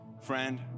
friend